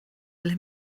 ble